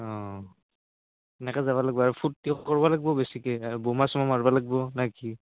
অঁ এনেকৈ যাবা লাগব আৰু ফূৰ্তি কৰবা লাগব বেছিকৈ আৰু বমা চমা মাৰবা লাগব নে কি